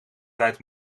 tijd